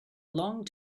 long